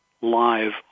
live